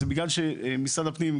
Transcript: זה בגלל שמשרד הפנים,